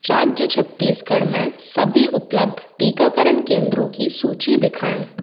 राज्य छत्तीसगढ़ में सभी उपलब्ध टीकाकरण केंद्रों की सूची दिखाएँ